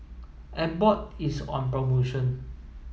Abbott is on promotion